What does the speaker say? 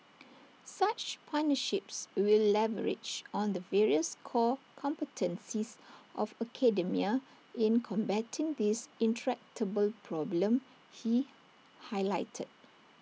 such partnerships will leverage on the various core competencies of academia in combating this intractable problem he highlighted